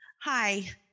Hi